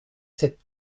cette